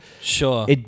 Sure